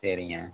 சரிங்க